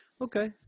Okay